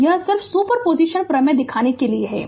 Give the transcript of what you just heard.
तो यह सिर्फ सुपर पोजीशन प्रमेय दिखाने के लिए है